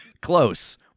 Close